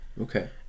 Okay